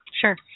Sure